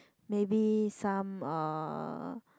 maybe some uh